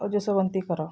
ଓ ଯଶୋବନ୍ତି କର